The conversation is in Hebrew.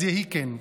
אז יהי כן.